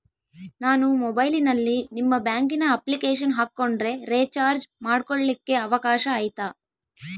ನಾನು ಮೊಬೈಲಿನಲ್ಲಿ ನಿಮ್ಮ ಬ್ಯಾಂಕಿನ ಅಪ್ಲಿಕೇಶನ್ ಹಾಕೊಂಡ್ರೆ ರೇಚಾರ್ಜ್ ಮಾಡ್ಕೊಳಿಕ್ಕೇ ಅವಕಾಶ ಐತಾ?